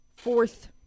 fourth